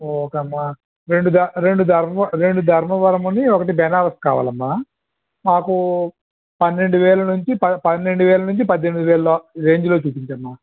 okay అమ్మ రెండు ద రెండు ధర్మవరము రెండు ధర్మవరమునీ ఒకటి బెనారస్ కావాలమ్మా మాకు పన్నెండువేల నుంచి పన్నెండువేల నుంచి పద్దెనిమిదివేల రేంజ్ లో చూపించమ్మా